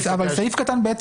אבל סעיף קטן (ב),